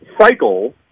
cycle